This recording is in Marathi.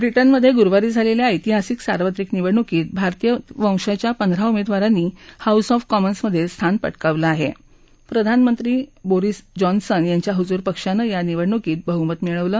ब्रिटनमधे गुरुवारी झालेल्या ऐतिहासिक सार्वत्रिक निवडणूकीत भारतीय वंशाच्या पंधरा उमेदवारांनी हाऊस ऑफ कॉमन्समधे स्थान पटकावलं प्रधानमंत्री बोरिस जॉन्सन यांच्या हुजूर पक्षानं या निवडणूकीत बहुमत मिळवलं